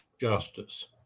justice